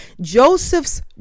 Joseph's